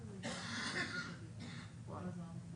אפילו התפללנו ערבית.